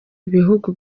ibihugu